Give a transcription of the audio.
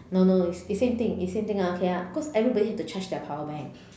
no no is same thing is same thing ah okay ah cause everybody has to charge their power bank